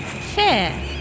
Fair